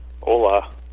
Hola